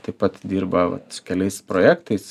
taip pat dirba vat su keliais projektais